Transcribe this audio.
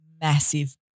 Massive